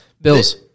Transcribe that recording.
Bills